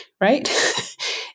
right